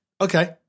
okay